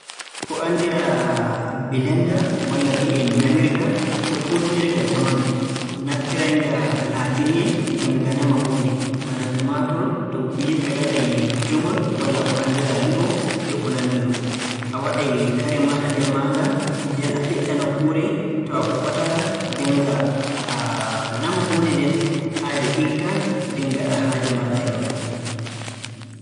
Ko anndiraa bilennda walla mbi'en namirga, ko kuutinirga jamanu naftiray-nga laatiriye ngam nga nama huunde bana tumaatur to yimɓe ngaɗay jomol walla ko anndiraa li'o e ko nanndi non. A waɗay kare maaɗa nder maaga nden a ɓiɗɗa nokkuure to a huɓɓata-nga. Nden nga nama huunde nden haa nde ɗigga, nden ngaɗaa haaje maaɗa e maare.